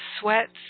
sweats